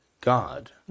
God